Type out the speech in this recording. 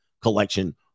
collection